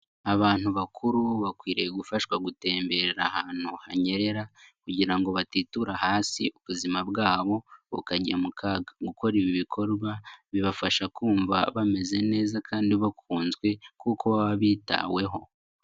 Abantu bakuru bakwiriye gufashwa gutemberera ahantu hanyerera kugira ngo batitura hasi ubuzima bwabo bukajya mu kaga, gukora ibi bikorwa bibafasha kumva bameze neza kandi bakunzwe kuko baba bitaweho.